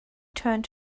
turned